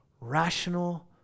rational